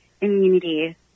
immunity